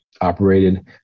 operated